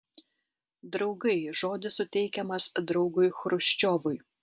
draugai žodis suteikiamas draugui chruščiovui